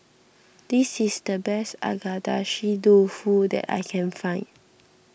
this is the best Agedashi Dofu that I can find